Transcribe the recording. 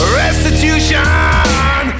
restitution